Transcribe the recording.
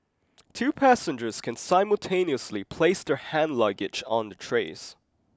two passengers can simultaneously place their hand luggage on the trays